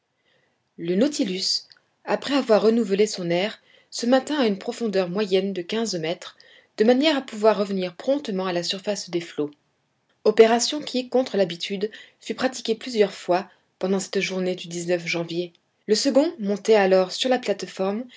le nautilus après avoir renouvelé son air se maintint à une profondeur moyenne de quinze mètres de manière à pouvoir revenir promptement à la surface des flots opération qui contre l'habitude fut pratiquée plusieurs fois pendant cette journée du janvier le second montait alors sur la plate-forme